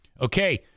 Okay